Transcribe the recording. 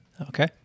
Okay